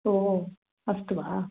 ओ अस्तु वा